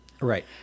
Right